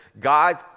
God